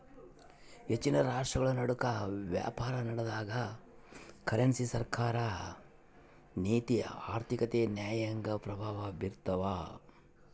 ಹೆಚ್ಚಿನ ರಾಷ್ಟ್ರಗಳನಡುಕ ವ್ಯಾಪಾರನಡೆದಾಗ ಕರೆನ್ಸಿ ಸರ್ಕಾರ ನೀತಿ ಆರ್ಥಿಕತೆ ನ್ಯಾಯಾಂಗ ಪ್ರಭಾವ ಬೀರ್ತವ